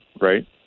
right